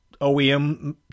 OEM